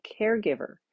caregiver